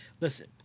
listen